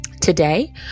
today